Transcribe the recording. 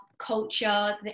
culture